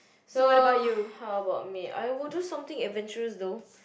so how about me I will do something adventurous though